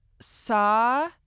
saw